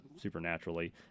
supernaturally